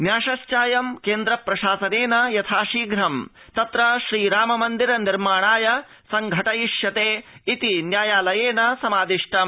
न्यासश्चायं केन्द्र प्रशासनेन यथाशीघ्रं तत्र श्रीराममन्धिर निर्माणार्थं संघटयिष्यते इति न्यायालयेन समाधिष्टम्